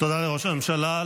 תודה לראש הממשלה.